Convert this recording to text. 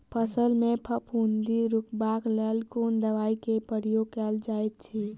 फसल मे फफूंदी रुकबाक लेल कुन दवाई केँ प्रयोग कैल जाइत अछि?